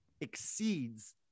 exceeds